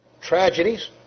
tragedies